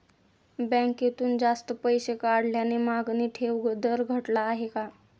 बँकेतून जास्त पैसे काढल्याने मागणी ठेव दर घटला आहे